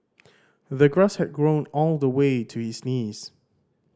the grass had grown on the way to is knees